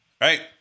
right